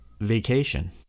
vacation